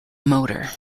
motor